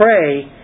pray